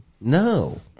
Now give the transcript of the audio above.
No